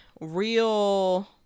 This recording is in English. real